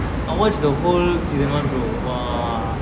I watch the whole season one bro !wah!